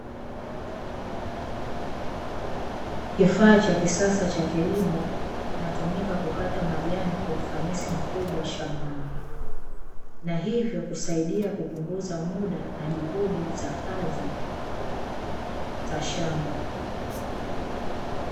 Kifaa cha kisasa cha kilimo kinatumika kukata majani kwa ufanisi mkubwa shambani. Na hivyo kusaidia kupunguza muda na juhudi za kazi za shamba.